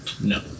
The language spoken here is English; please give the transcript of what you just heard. no